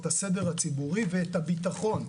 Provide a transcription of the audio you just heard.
את הסדר הציבורי ואת הביטחון.